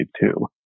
two